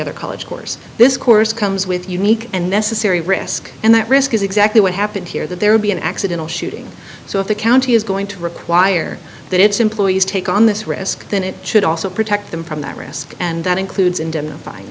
other college course this course comes with a unique and necessary risk and that risk is exactly what happened here that there would be an accidental shooting so if the county is going to require that its employees take on this risk then it should also protect them from that risk and that includes